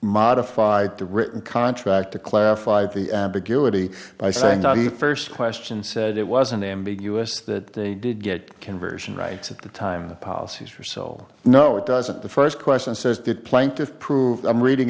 modified the written contract to clarify the ambiguity by saying the first question said it wasn't ambiguous that they did get conversion rights at the time the policies for sold no it doesn't the first question says did plenty of prove i'm reading